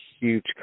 huge